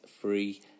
free